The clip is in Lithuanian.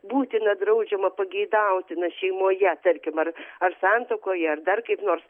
būtina draudžiama pageidautina šeimoje tarkim ar ar santuokoje ar dar kaip nors